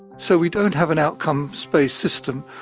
so we don't have an outcomes based system.